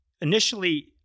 initially